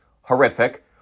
horrific